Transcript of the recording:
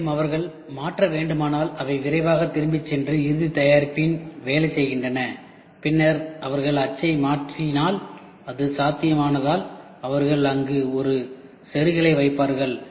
மேலும் அவர்கள் மாற்ற வேண்டுமானால் அவை விரைவாகத் திரும்பிச் சென்று இறுதி தயாரிப்பில் வேலை செய்கின்றன பின்னர் அவர்கள் அச்சை மாற்றி மாற்றினால் அது சாத்தியமானால் அவர்கள் அங்கு ஒரு செருகலை வைப்பார்கள்